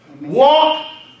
Walk